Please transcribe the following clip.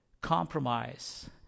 compromise